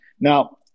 Now